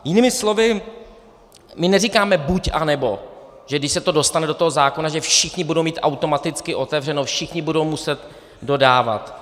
Jinými slovy, my neříkáme buď, anebo, že když se to dostane do toho zákona, že všichni budou mít automaticky otevřeno, všichni budou muset dodávat.